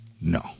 No